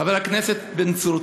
חבר הכנסת בן צור,